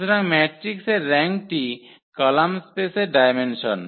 সুতরাং ম্যাট্রিক্সের র্যাঙ্কটি কলাম স্পেসের ডায়মেনসন